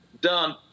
done